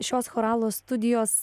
šios choralo studijos